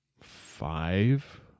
five